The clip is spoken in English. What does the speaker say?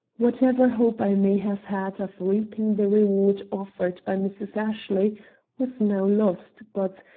whatever hope i may have had of reaping the reward offered by mrs. ashley was now lost, but,